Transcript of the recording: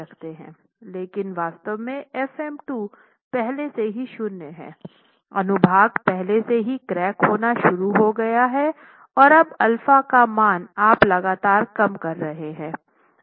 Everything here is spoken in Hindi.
लेकिन वास्तव में fm2 पहले से ही शून्य है अनुभाग पहले से ही क्रैक होना शुरू हो गए हैं और अब α का मान आप लगातार कम कर रहे हैं